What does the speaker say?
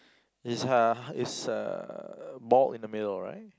is uh is uh bald in the middle right